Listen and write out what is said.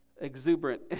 exuberant